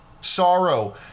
sorrow